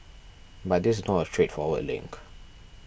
but this not a straightforward link